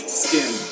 skin